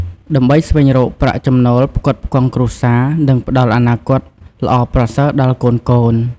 ដើម្បីស្វែងរកប្រាក់ចំណូលផ្គត់ផ្គង់គ្រួសារ និងផ្ដល់អនាគតល្អប្រសើរដល់កូនៗ។